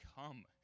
come